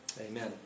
Amen